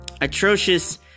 atrocious